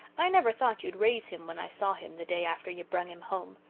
i never thought you'd raise him when i saw him the day after you brung him home.